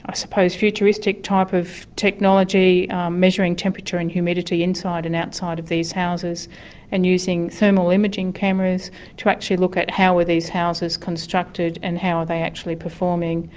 i suppose, futuristic type of technology measuring temperature and humidity inside and outside of these houses and using thermal imaging cameras to actually look at how are these houses constructed and how are they actually performing,